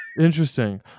interesting